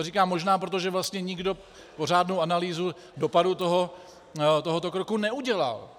Říkám možná, protože vlastně nikdo pořádnou analýzu dopadu tohoto kroku neudělal.